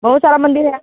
बहुत सारे मंदिर हैं